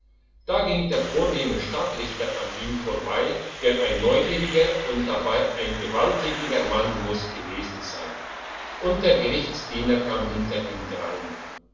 da ging der vornehme stadtrichter an ihm vorbei der ein neugieriger und dabei ein gewalttätiger mann muss gewesen sein und der gerichtsdiener kam hinter ihm drein